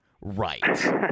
Right